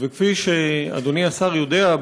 כפי שאדוני השר יודע,